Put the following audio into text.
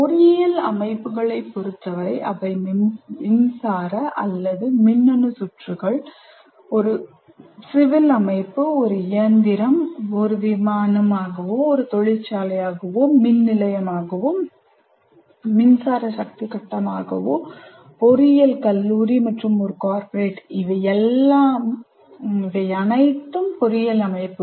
பொறியியல் அமைப்புகளைப் பொறுத்தவரை அவை மின்சார அல்லது மின்னணு சுற்றுகள் ஒரு சிவில் அமைப்பு ஒரு இயந்திரம் ஒரு விமானம் ஒரு தொழிற்சாலை ஒரு மின் நிலையம் ஒரு மின்சார சக்தி கட்டம் ஒரு பொறியியல் கல்லூரி மற்றும் ஒரு கார்ப்பரேட் இவையெல்லாம் பொறியியல் அமைப்புகள்